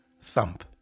Thump